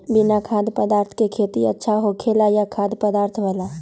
बिना खाद्य पदार्थ के खेती अच्छा होखेला या खाद्य पदार्थ वाला?